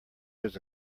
his